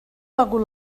begut